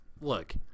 look